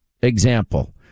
example